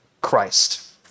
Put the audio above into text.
Christ